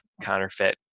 counterfeit